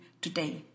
today